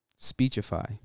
Speechify